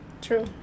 true